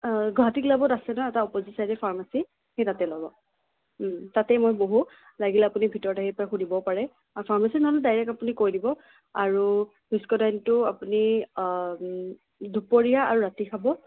গুৱাহাটী ক্লাবত আছে ন এটা অপোজিত চাইডে ফাৰ্মাচী সেই তাতে ল'ব তাতে মই বহোঁ লাগিলে আপুনি ভিতৰত আহি পাই সুধিব পাৰে ফাৰ্মাচিষ্টজনক ডাইৰেক্ট আপুনি কৈ দিব আৰু ভিস্কোডাইনটো আপুনি দুপৰীয়া আৰু ৰাতি খাব